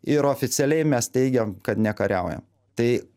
ir oficialiai mes teigiam kad nekariaujam tai